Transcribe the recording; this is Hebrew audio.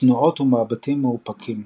ותנועות ומבטים מאופקים.